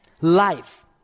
Life